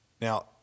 Now